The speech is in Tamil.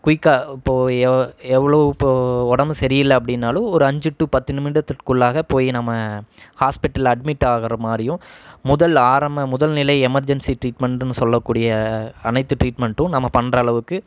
குய்க்காக இப்போது எ எவ்வளோ இப்போது உடம்பு சரியில்லை அப்படின்னாலும் ஒரு அஞ்சு டூ பத்து நிமிடத்திற்குள்ளாக போய் நம்ம ஹாஸ்பிட்டலில் அட்மிட் ஆகிற மாதிரியும் முதல் ஆரம்ப முதல்நிலை எமர்ஜென்சி ட்ரீட்மெண்ட்டுனு சொல்லக்கூடிய அனைத்து ட்ரீட்மெண்ட்டும் நம்ம பண்ணுற அளவுக்கு